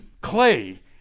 clay